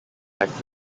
life